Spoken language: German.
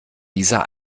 dieser